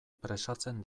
presatzen